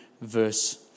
verse